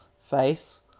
face